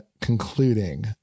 concluding